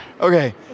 Okay